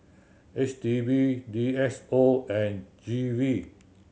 H D B D S O and G V